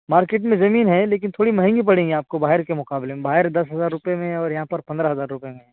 market میں زمین ہے لیکن تھوڑی مہنگی پڑیں گی آپ کو باہر کے مقابلے میں باہر دس ہزار روپے میں اور یہاں پر پندرہ ہزار روپے میں